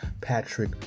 Patrick